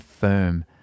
firm